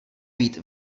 být